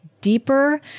deeper